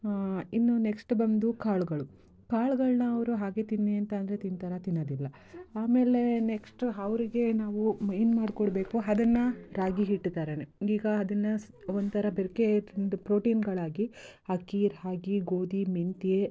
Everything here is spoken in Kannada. ಇನ್ನೂ ನೆಕ್ಸ್ಟ್ ಬಂದು ಕಾಳುಗಳು ಕಾಳ್ಗಳನ್ನು ಅವರು ಹಾಗೇ ತಿನ್ನಿ ಅಂತಂದರೆ ತಿಂತಾರಾ ತಿನ್ನೋದಿಲ್ಲ ಆಮೇಲೆ ನೆಕ್ಸ್ಟು ಅವ್ರಿಗೆ ನಾವು ಏನು ಮಾಡಿಕೊಡ್ಬೇಕು ಅದನ್ನು ರಾಗಿ ಹಿಟ್ಟು ಥರನೇ ಈಗ ಅದನ್ನು ಸ್ ಒಂಥರ ಬೆರೆಕೆ ಪ್ರೋಟೀನುಗಳಾಗಿ ಅಕ್ಕಿ ರಾಗಿ ಗೋಧಿ ಮೆಂತ್ಯೇ